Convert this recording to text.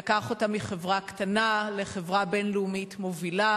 הוא הפך אותה מחברה קטנה לחברה בין-לאומית מובילה,